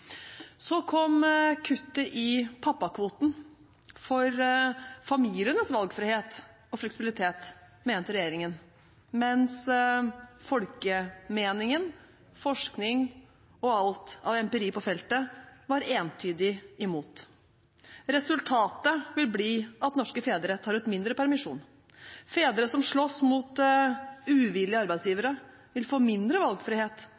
Så kom kuttet i pappakvoten – for familienes valgfrihet og fleksibilitet, mente regjeringen, mens folkemeningen, forskning og alt av empiri på feltet var entydig imot. Resultatet vil bli at norske fedre tar ut mindre permisjon. Fedre som slåss mot uvillige arbeidsgivere vil få mindre valgfrihet,